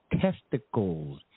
testicles